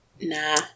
Nah